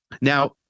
now